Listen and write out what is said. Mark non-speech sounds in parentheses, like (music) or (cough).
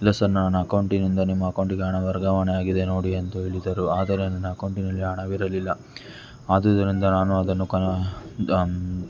ಇಲ್ಲ ಸರ್ ನಾನು ಅಕೌಂಟಿನಿಂದ ನಿಮ್ಮ ಅಕೌಂಟಿಗೆ ಹಣ ವರ್ಗಾವಣೆ ಆಗಿದೆ ನೋಡಿ ಅಂತ ಹೇಳಿದರು ಆದರೆ ನನ್ನ ಅಕೌಂಟಿನಲ್ಲಿ ಹಣವಿರಲಿಲ್ಲ ಆದುದರಿಂದ ನಾನು ಅದನ್ನು (unintelligible)